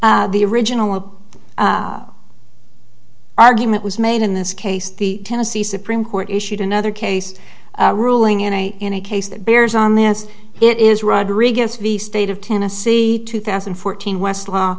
cents the original of argument was made in this case the tennessee supreme court issued another case ruling in a in a case that bears on the as it is rodriguez v state of tennessee two thousand and fourteen west law